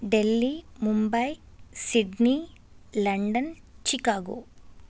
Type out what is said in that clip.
Delhi Mumbai Sydney London Chicago